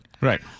right